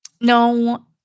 no